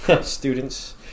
students